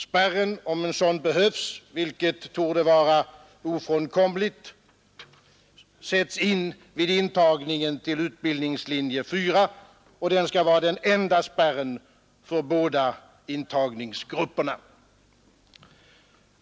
Spärren — om en sådan behövs, vilket torde vara ofrånkomligt — sätts in vid intagningen till utbildningslinje 4. Det skall vara den enda spärren för båda intagningsgrupperna.